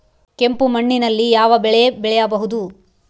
ಕೆಂಪು ಮಣ್ಣಿನಲ್ಲಿ ಯಾವ ಬೆಳೆ ಬೆಳೆಯಬಹುದು?